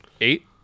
Eight